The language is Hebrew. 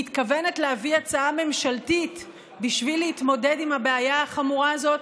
הממשלה מתכוונת להביא הצעה ממשלתית בשביל להתמודד עם הבעיה החמורה הזאת,